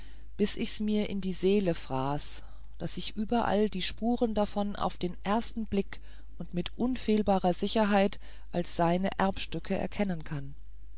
bis sich's mir in die seele fraß daß ich überall die spuren davon auf den ersten blick mit unfehlbarer sicherheit als seine erbstücke erkennen kann